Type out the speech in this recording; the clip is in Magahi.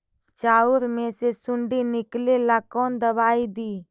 चाउर में से सुंडी निकले ला कौन दवाई दी?